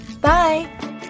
Bye